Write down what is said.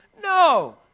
No